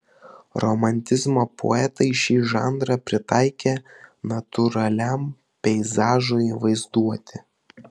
romantizmo poetai šį žanrą pritaikė natūraliam peizažui vaizduoti